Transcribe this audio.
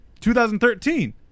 2013